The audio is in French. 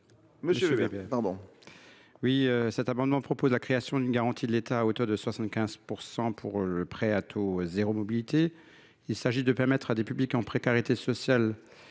Monsieur Weber,